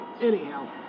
anyhow